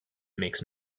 makes